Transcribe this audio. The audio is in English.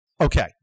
Okay